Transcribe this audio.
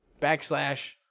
backslash